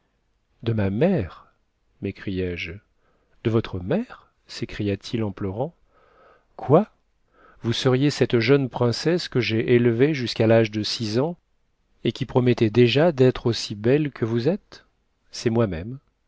de ma mère m'écriai-je de votre mère s'écria-t-il en pleurant quoi vous seriez cette jeune princesse que j'ai élevée jusqu'à l'âge de six ans et qui promettait déjà d'être aussi belle que vous êtes c'est moi-même